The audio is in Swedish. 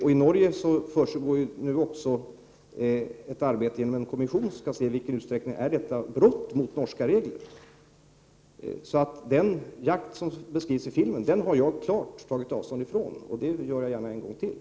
I Norge försiggår nu också ett arbete inom en kommission som skall se i vilken utsträckning brott mot de norska reglerna har begåtts. Den jakt som beskrivs i filmen har jag alltså klart tagit avstånd från. Det vill jag gärna säga ännu en gång.